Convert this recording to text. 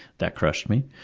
that crushed me.